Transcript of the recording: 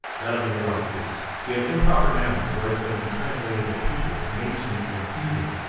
that'll give you a lot of clues so you have improper nouns where it's going to be translated as people nations and even